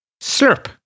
slurp